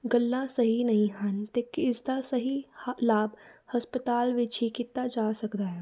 ਗੱਲਾਂ ਸਹੀ ਨਹੀਂ ਹਨ ਅਤੇ ਕਿਸ ਦਾ ਸਹੀ ਲਾਭ ਹਸਪਤਾਲ ਵਿੱਚ ਹੀ ਕੀਤਾ ਜਾ ਸਕਦਾ ਹੈ